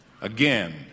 Again